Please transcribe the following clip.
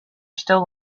still